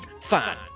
Fine